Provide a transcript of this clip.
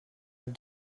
have